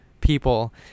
people